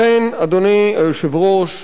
לכן, אדוני היושב-ראש,